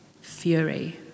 fury